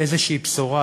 איזושהי בשורה,